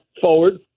forward